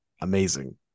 amazing